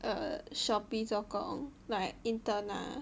err Shopee 做工 like intern lah